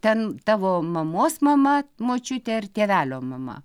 ten tavo mamos mama močiutė ar tėvelio mama